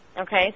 Okay